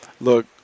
Look